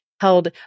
held